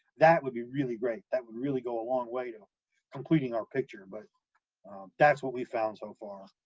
that would be really great, that would really go a long way to completing our picture, but that's what we found so far.